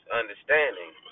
understanding